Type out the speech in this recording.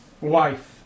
Wife